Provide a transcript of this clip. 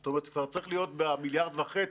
זאת אומרת, זה כבר צריך להיות במיליארד וחצי.